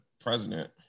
president